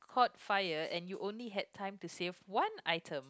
caught fire and you only had time to save one item